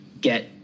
get